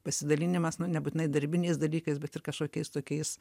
pasidalinimas nu nebūtinai darbiniais dalykais bet ir kažkokiais tokiais